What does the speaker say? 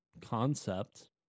concept